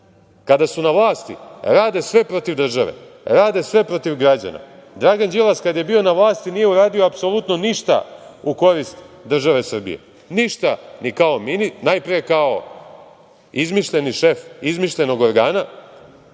Kada su na vlasti, rade sve protiv države, rade sve protiv građana. Dragan Đilas kada je bio na vlasti nije uradio apsolutno ništa u korist države Srbije, ništa, najpre kao izmišljeni šef izmišljenog organa,